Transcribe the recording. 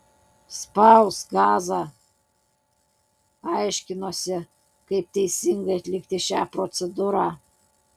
spausk gazą aiškinosi kaip teisingai atlikti šią procedūrą